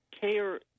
care